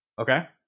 Okay